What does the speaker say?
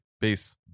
peace